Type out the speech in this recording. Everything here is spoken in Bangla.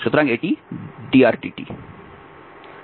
সুতরাং এটি drdt